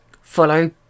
Follow